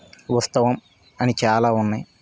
ఉస్తవం అని చాలా ఉన్నయి